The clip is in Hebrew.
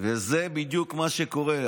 וזה בדיוק מה שקורה.